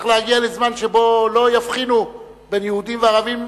צריך להגיע לזמן שבו לא יבחינו בין יהודים לערבים,